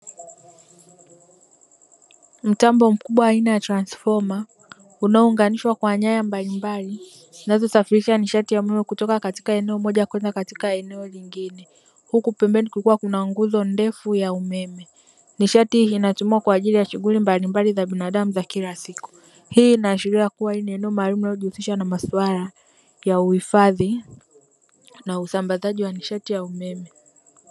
Mtambo mkubwa aina ya transfoma unaounganishwa kwa nyaya mbalimbali zinazo safirisha nishati ya umeme kutoka katika eneo moja kwenda katika eneo lingine huku pembeni kukiwa kuna nguzo ndefu ya umeme. Nishati inatumiwa kwa ajili ya shughuli mbalimbali za binadamu za kila siku. Hii inaashiria kuwa ni eneo muhimu linalo jihsisha na masuala ya uhifadhi na usambazaji wa nishati ya umeme.